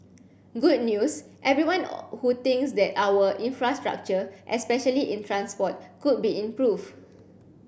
good news everyone who thinks that our infrastructure especially in transport could be improveed